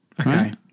okay